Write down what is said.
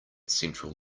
central